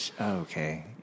Okay